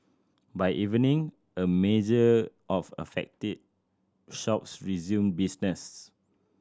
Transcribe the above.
by evening a major of affected shops resumed business